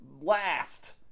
last